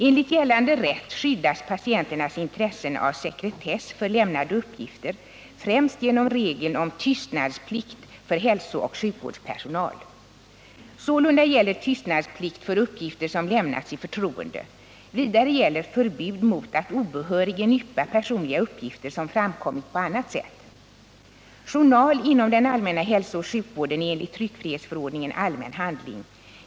Enligt gällande rätt skyddas patientens intresse av sekretess för lämnade uppgifter främst genom regeln om tystnadsplikt för hälsooch sjukvårdspersonal. Sålunda gäller tystnadsplikt för uppgifter som lämnats i förtroende. Vidare gäller förbud mot att obehörigen yppa personliga uppgifter som framkommit på annat sätt. Journal inom den allmänna hälsooch sjukvården är enligt tryckfrihetsförordningen allmän handling.